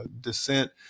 descent